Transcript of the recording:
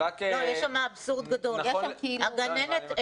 יש שם אבסורד גדול, גננת-אם,